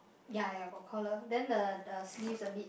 ya ya got collar then the the sleeves a bit